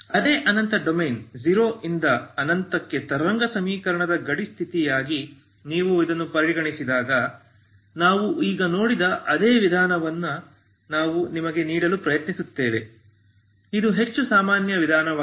ಅರೆ ಅನಂತ ಡೊಮೇನ್ 0 ರಿಂದ ಅನಂತಕ್ಕೆ ತರಂಗ ಸಮೀಕರಣದ ಗಡಿ ಸ್ಥಿತಿಯಾಗಿ ನೀವು ಇದನ್ನು ಪರಿಗಣಿಸಿದಾಗ ನಾವು ಈಗ ನೋಡಿದ ಅದೇ ವಿಧಾನವನ್ನು ನಾವು ನಿಮಗೆ ನೀಡಲು ಪ್ರಯತ್ನಿಸುತ್ತೇವೆ ಇದು ಹೆಚ್ಚು ಸಾಮಾನ್ಯ ವಿಧಾನವಾಗಿದೆ